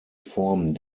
formen